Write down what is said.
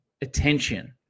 attention